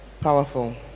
Powerful